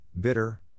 bitter